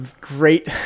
great